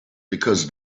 because